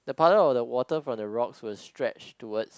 the puddle of the water from the rocks was stretched towards